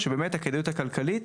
שבאמת הכדאיות הכלכלית